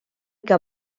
que